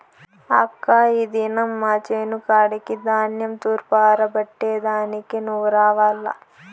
అక్కా ఈ దినం మా చేను కాడికి ధాన్యం తూర్పారబట్టే దానికి నువ్వు రావాల్ల